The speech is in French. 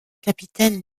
capitaine